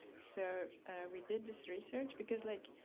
so we did this research because like,